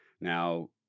now